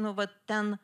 nu vat ten